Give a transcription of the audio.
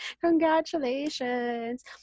congratulations